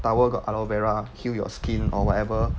towel got aloe vera heal your skin or whatever